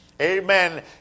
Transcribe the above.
amen